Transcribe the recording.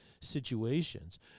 situations